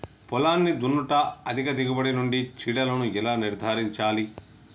పొలాన్ని దున్నుట అధిక దిగుబడి నుండి చీడలను ఎలా నిర్ధారించాలి?